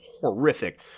horrific